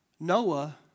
Noah